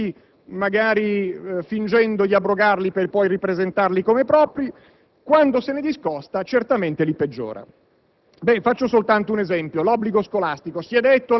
ne replichi in sostanza alcuni provvedimenti, magari fingendo di abrogarli per ripresentarli come propri e quando se ne discosta certamente li peggiora.